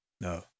No